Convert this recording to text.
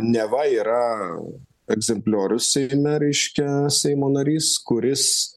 neva yra egzempliorius seime reiškia seimo narys kuris